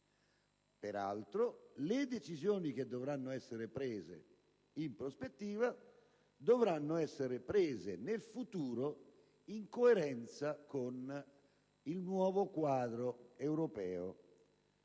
Peraltro, le decisioni che dovranno essere prese in prospettiva dovranno essere prese nel futuro in coerenza con il nuovo quadro europeo